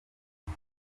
ati